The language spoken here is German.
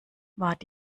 wart